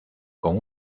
con